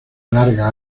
largas